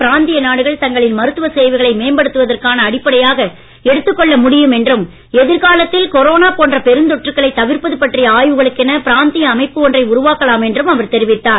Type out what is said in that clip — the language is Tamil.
பிராந்திய நாடுகள் தங்களின் மருத்துவ சேவைகளை மேம்படுத்துவதற்கான அடிப்படையாக எடுத்துக்கொள்ள முடியும் என்றும் எதிர்காலத்தில் கொரோனா போன்ற பெருந்தொற்றுகளை தவிர்ப்பது பற்றிய ஆய்வுகளுக்கென பிராந்திய அமைப்பு ஒன்றை உருவாக்கலாம் என்றும் அவர் தெரிவித்தார்